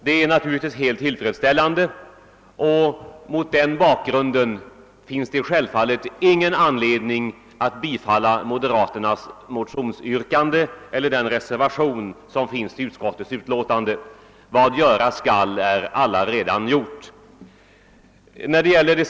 Det är mycket tillfredsställande, och mot den bakgrunden finns det ingen anledning för riksdagen att bifalla moderaternas motionsyrkande eller den reservation som har fogats till utskottsutlåtandet. Vad göras skall är allaredan gjort.